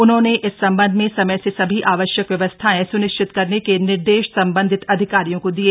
उन्होंने इस सम्बन्ध में समय से सभी आवश्यक व्यवस्थाएं सुनिश्चित करने के निर्देश सम्बन्धित अधिकारियों को दिये